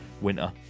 winter